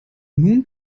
nun